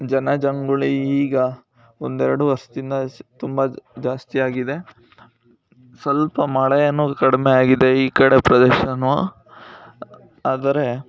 ಜನಜಂಗುಳಿ ಈಗ ಒಂದೆರಡು ವರ್ಷದಿಂದ ಸ್ ತುಂಬ ಜಾಸ್ತಿಯಾಗಿದೆ ಸ್ವಲ್ಪ ಮಳೆಯನ್ನು ಕಡಿಮೆ ಆಗಿದೆ ಈ ಕಡೆ ಪ್ರದೇಶವೂ ಆದರೆ